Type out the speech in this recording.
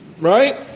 right